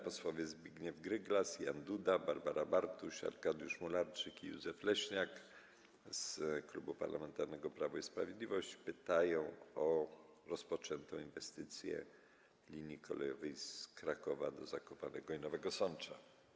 Posłowie Zbigniew Gryglas, Jan Duda, Barbara Bartuś, Arkadiusz Mularczyk i Józef Leśniak z Klubu Parlamentarnego Prawo i Sprawiedliwość pytają o rozpoczętą inwestycję linii kolejowej z Krakowa do Zakopanego i Nowego Sącza.